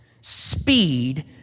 speed